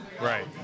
Right